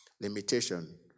limitation